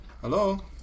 Hello